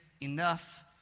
enough